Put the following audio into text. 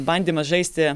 bandymas žaisti